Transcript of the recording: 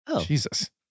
Jesus